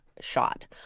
shot